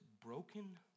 broken